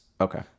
Okay